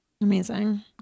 Amazing